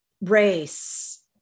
race